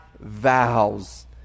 vows